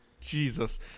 Jesus